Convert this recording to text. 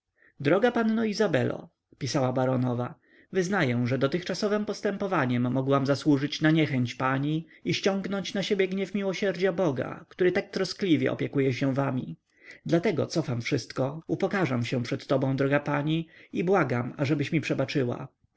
droga panno izabelo pisała baronowa wyznaję że dotychczasowem postępowaniem mogłam zasłużyć na niechęć pani i ściągnąć na siebie gniew miłosierdzia boga który tak troskliwie opiekuje się wami dla tego cofam wszystko upokarzam się przed tobą droga pani i błagam ażebyś mi przebaczyła